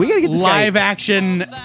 live-action